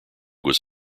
was